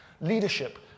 Leadership